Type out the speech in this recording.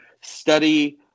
study